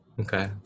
Okay